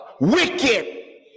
wicked